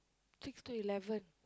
six to eleven